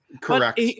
correct